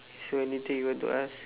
so anything you want to ask